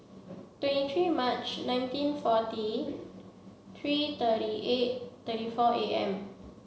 twenty three March nineteen forty three thirty eight thirty four A M